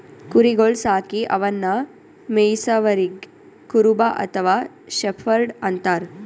ಕುರಿಗೊಳ್ ಸಾಕಿ ಅವನ್ನಾ ಮೆಯ್ಸವರಿಗ್ ಕುರುಬ ಅಥವಾ ಶೆಫರ್ಡ್ ಅಂತಾರ್